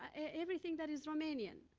everything that is romanian.